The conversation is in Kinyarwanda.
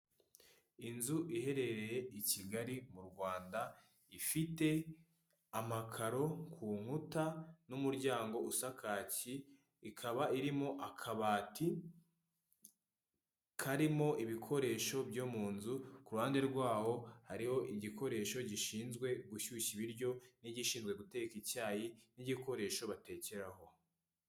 Inzu iherereye i Kigali mu Rwanda, ifite amakaro ku nkuta n'umuryango usa kaki, ikaba irimo akabati, karimo ibikoresho byo mu nzu, ku ruhande rwaho hariho igikoresho gishinzwe gushyushya ibiryo n'igishinzwe guteka icyayi n'igikoresho batekeraho.